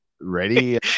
ready